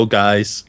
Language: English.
guys